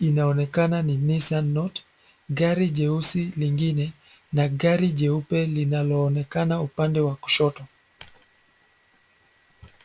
inaonekana ni Nissan note, gari jeusi lingine na gari jeupe linalo onekana upande wa kushoto.